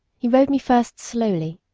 he rode me first slowly,